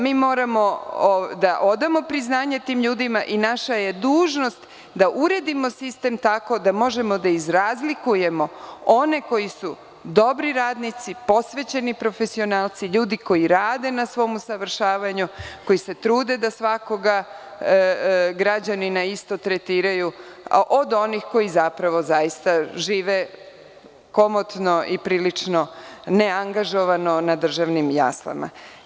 Mi moramo da odamo priznanje tim ljudima i naša je dužnost da uredimo sistemtako da možemo da razlikujemo one koji su dobri radnici, posvećeni profesionalci, ljudi koji rade na svom usavršavanju, koji se trude da svakoga građanina isto tretiraju od onih koji zapravo zaista žive komotno i prilično neangažovano na državnim jaslama.